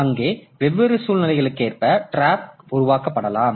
அங்கே வெவ்வேறு சூழ்நிலைக்கேற்ப டிராப் உருவாக்கப்படலாம்